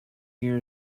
year